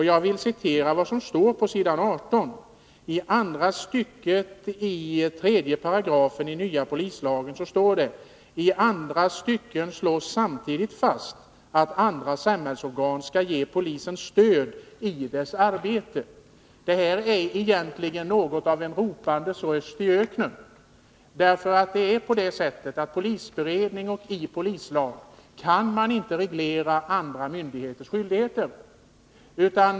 Jag vill citera vad som står om 3 § i lagförslaget på s. 18 i betänkandet: ”I andra stycket slås samtidigt fast att andra samhällsorgan skall ge polisen stöd i dess arbete.” Det här är egentligen något av en ropandes röst i öknen. I polisberedning och polislag kan man nämligen inte reglera andra myndigheters skyldigheter.